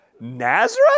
Nazareth